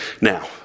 Now